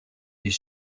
his